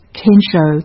kensho